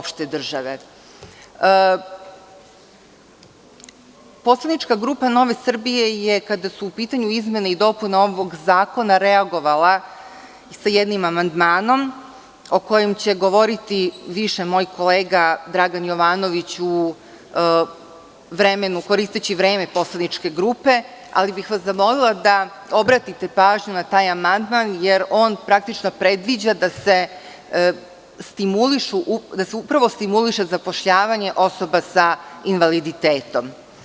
Poslanička grupa Nove Srbije je, kada su u pitanju izmene i dopune ovog zakona, reagovala sa jednim amandmanom, o kojem će govoriti više moj kolega Dragan Jovanović, koristeći vreme poslaničke grupe, ali bih vas zamolila da obratite pažnju na taj amandman, jer on praktično predviđa da se upravo stimuliše zapošljavanje osoba sa invaliditetom.